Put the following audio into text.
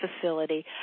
facility